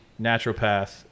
naturopath